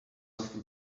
often